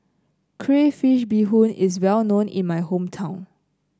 Crayfish Beehoon is well known in my hometown